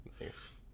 Nice